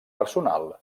personal